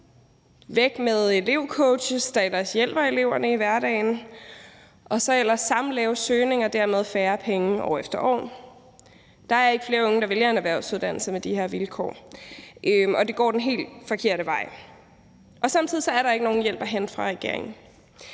væk med elevcoaches, der ellers hjælper eleverne i hverdagen, og så ellers samme lave søgning og dermed færre penge år efter år – der er ikke flere unge, der vælger en erhvervsuddannelse, med de her vilkår. Det går den helt forkerte vej, og samtidig er der ikke nogen hjælp at hente fra regeringen.